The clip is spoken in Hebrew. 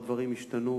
הדברים כבר השתנו,